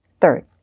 Third